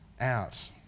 out